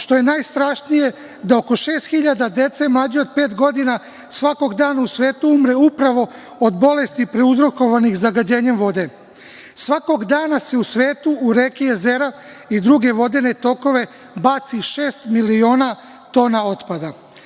što je najstrašnije, to je da oko šest hiljada dece mlađe od pet godina svakog dana u svetu umre upravo od bolesti prouzrokovanih zagađenjem vode. Dakle, svakog dana se u svetu u reke i jezera i druge vodene tokove baci šest miliona tona otpada.